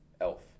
Elf